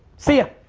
see ya.